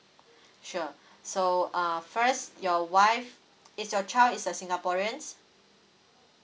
sure so uh first your wife is your child is a singaporean